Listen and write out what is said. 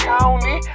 County